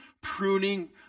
pruning